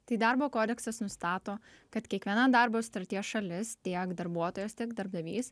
tai darbo kodeksas nustato kad kiekviena darbo sutarties šalis tiek darbuotojas tiek darbdavys